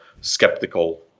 skeptical